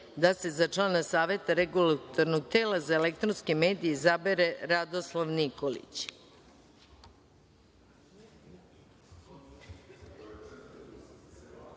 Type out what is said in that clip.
da se za člana Saveta regulatornog tela za elektronske medije izabere Radoslav